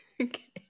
Okay